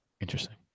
Interesting